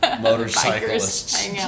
motorcyclists